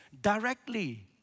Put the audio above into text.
directly